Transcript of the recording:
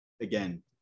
again